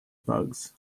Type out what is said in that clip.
bugs